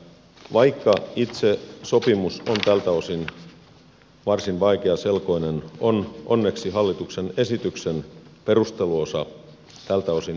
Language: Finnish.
vaikka itse sopimus on tältä osin varsin vaikeaselkoinen on onneksi hallituksen esityksen perusteluosa tältä osin hyvin selvä